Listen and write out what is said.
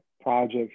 projects